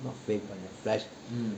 not faith but your flesh